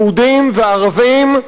יהודים וערבים,